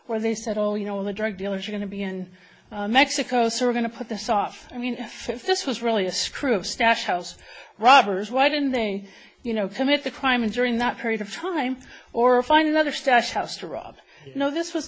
where they said oh you know all the drug dealers are going to be in mexico so we're going to put this off i mean if if this was really a screw up stash house robbers why didn't they you know commit the crime and during that period of time or find another stash house to rob no this was